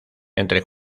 entre